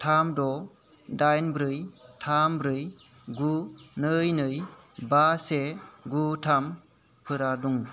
दाइन ब्रै थाम ब्रै गु नै नै बा से गु थामफोरा दं